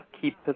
keep